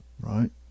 right